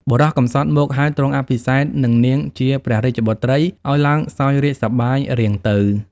បុរសកំសត់មកហើយទ្រង់អភិសេកនឹងនាងជាព្រះរាជបុត្រី អោយឡើងសោយរាជ្យ សប្បាយរៀងទៅ ។